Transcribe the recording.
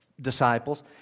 disciples